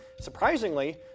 Surprisingly